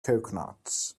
coconuts